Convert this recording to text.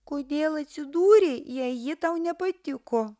kodėl atsidūrei jei ji tau nepatiko